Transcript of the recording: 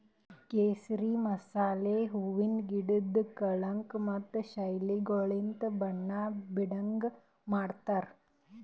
ಕೇಸರಿ ಮಸಾಲೆ ಹೂವಿಂದ್ ಗಿಡುದ್ ಕಳಂಕ ಮತ್ತ ಶೈಲಿಗೊಳಲಿಂತ್ ಬಣ್ಣ ಬೀಡಂಗ್ ಮಾಡ್ತಾರ್